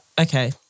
Okay